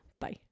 Bye